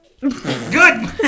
Good